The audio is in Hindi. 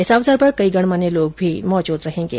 इस अवसर पर कई गणमान्य लोग मौजूद रहेंगे